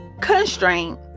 constraint